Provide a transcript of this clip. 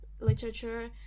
literature